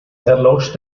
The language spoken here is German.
erlosch